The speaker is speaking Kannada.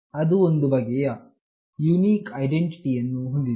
ಅದು ಒಂದು ಬಗೆಯ ಯುನಿಕ್ ಐಡೆಂಟಿಟಿ ಯನ್ನು ಹೊಂದಿದೆ